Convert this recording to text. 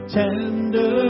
tender